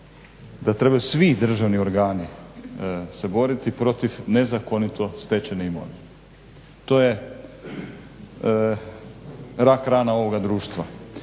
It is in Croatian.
da trebaju svi državni organi se boriti protiv nezakonito stečene imovine. To je rak-rana ovoga društva.